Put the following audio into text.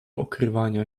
okrywania